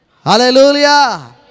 Hallelujah